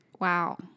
Wow